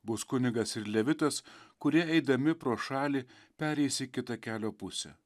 bus kunigas ir levitas kurie eidami pro šalį pereis į kitą kelio pusę